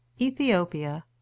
Ethiopia